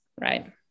Right